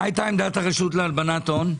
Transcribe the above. מה הייתה עמדת הרשות להלבנת הון בדיון?